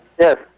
Yes